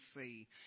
see